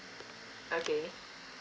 okay